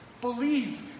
Believe